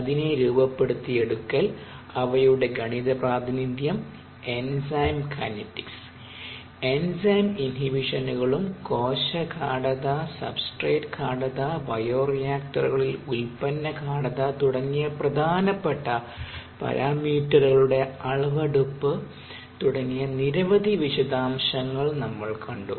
അതിനെ രൂപപ്പെടുത്തിയെടുക്കൽ അവയുടെ ഗണിതപ്രാതിനിധ്യം എൻസൈം കൈനറ്റിക്സ് എൻസൈം ഇൻഹിബിഷനുകളും കോശ ഗാഢത സബ്സ്റ്റെറേറ്റ് ഗാഢത ബയോറിയാക്ടറുകളിൽ ഉൽപ്പന്ന ഗാഢത തുടങ്ങിയ പ്രധാനപ്പെട്ട പരാമീറ്ററുകളുടെ അളവെടുപ്പ് തുടങ്ങിയ നിരവധി വിശദാംശങ്ങൾ നമ്മൾ കണ്ടു